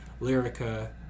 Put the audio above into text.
lyrica